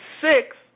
six